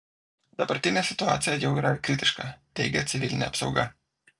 dabartinė situacija jau yra kritiška teigia civilinė apsauga